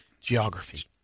geography